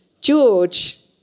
George